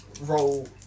roll